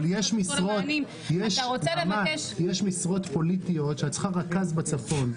אבל יש משרות פוליטיות שאתה צריכה רכז בצפון,